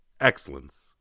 Excellence